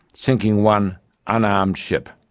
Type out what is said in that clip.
sinking one unarmed ship,